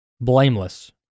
blameless